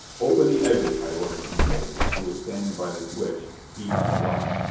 open the exit, i ordered kincaide, who was standing by the switch, key in the lock.